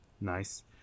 nice